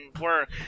work